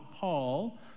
Paul